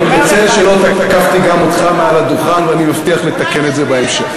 אני מתנצל שלא תקפתי גם אותך מעל הדוכן ואני מבטיח לתקן את זה בהמשך.